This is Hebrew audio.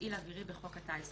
"מפעיל אווירי" בחוק הטיס,